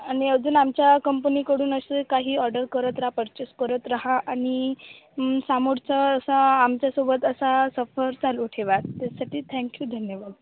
आणि अजून आमच्या कंपनीकडून असे काही ऑर्डर करत राहा पर्चेस करत रहा आणि समोरचा असा आमच्यासोबत असा सफर चालू ठेवा त्यासाठी थँक यू धन्यवाद